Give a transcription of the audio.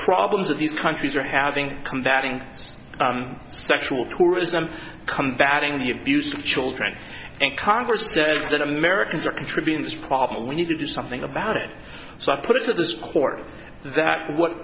problems that these countries are having combating sexual tourism combating the abuse of children and congress says that americans are contributing this problem we need to do something about it so i put it that this court that what